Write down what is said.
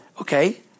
Okay